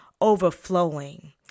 overflowing